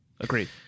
agreed